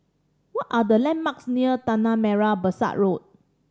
what are the landmarks near Tanah Merah Besar Road